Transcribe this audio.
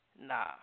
Nah